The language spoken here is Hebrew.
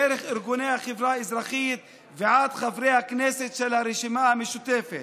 דרך ארגוני החברה האזרחית ועד חברי הכנסת של הרשימה המשותפת.